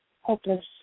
Hopeless